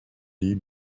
dit